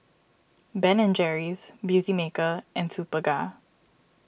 Ben and Jerry's Beautymaker and Superga